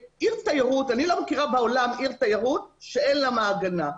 אני לא מכירה בעולם עיר תיירות שאין לה מעגנה.